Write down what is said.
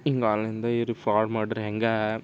ಹಿಂಗೆ ಆನ್ಲೈನ್ದಾಗೆ ಇವ್ರು ಫ್ರಾಡ್ ಮಾಡ್ರೆ ಹೆಂಗೆ